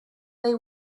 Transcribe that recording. they